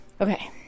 Okay